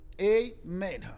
Amen